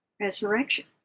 Resurrection